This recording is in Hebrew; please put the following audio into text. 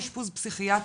או אשפוז פסיכיאטרים,